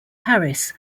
harris